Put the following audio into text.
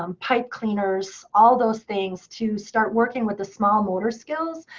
um pipe cleaners. all those things to start working with the small motor skills.